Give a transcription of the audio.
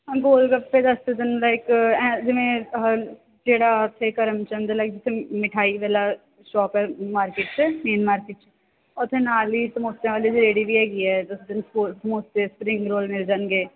ਗੋਲ ਗੱਪੇ ਦੱਸੇ ਤੈਨੂੰ ਲਾਇਕ ਜਿਵੇਂ ਜਿਹੜਾ ਇੱਥੇ ਕਰਮ ਚੰਦ ਲਾਈਕ ਜਿੱਥੇ ਮਿਠਾਈ ਵਾਲਾ ਸ਼ੋਪ ਆ ਮਾਰਕੀਟ 'ਚ ਮੇਨ ਮਾਰਕੀਟ 'ਚ ਉੱਥੇ ਨਾਲ ਹੀ ਸਮੋਸਿਆਂ ਵਾਲੀ ਰੇਹੜੀ ਵੀ ਹੈਗੀ ਹੈ ਸਮੋਸੇ ਸਪਰਿੰਗ ਰੋਲ ਵੀ ਮਿਲ ਜਾਣਗੇ